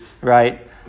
Right